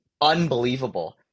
unbelievable